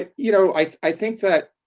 ah you know, i think that